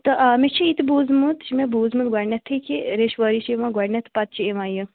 تہٕ آ مےٚ چھِ یہِ تہِ بوٗزمُت چھُ مےٚ بوٗزمُت گۄڈنیٚتھٕے کہِ ریٚشواری چھِ یِوان گۄڈنیٚتھ پَتہٕ چھِ یِوان یہِ